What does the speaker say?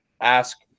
ask